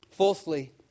Fourthly